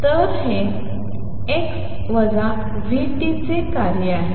तर हे x v t चे कार्य आहे